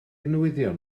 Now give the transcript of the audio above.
newyddion